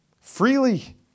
Freely